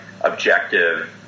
objective